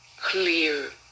clear